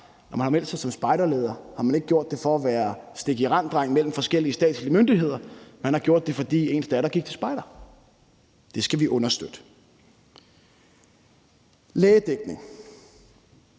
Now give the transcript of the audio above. Når man har meldt sig som spejderleder, har man ikke gjort det for at være stikirenddreng mellem forskellige statslige myndigheder. Man har gjort det, fordi ens datter gik til spejder. Det skal vi understøtte. I